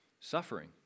suffering